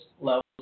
levels